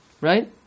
Right